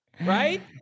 Right